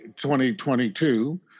2022